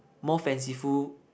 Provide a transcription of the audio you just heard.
more fanciful